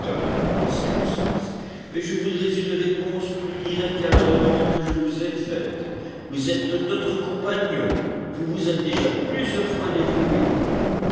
smith mais je voudrais une réponse plus directe à la demande que je vous ai faite vous êtes notre compagnon vous vous êtes déjà plusieurs fois dévoué pour nous